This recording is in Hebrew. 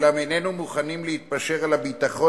אולם איננו מוכנים להתפשר על הביטחון